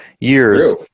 years